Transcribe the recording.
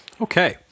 Okay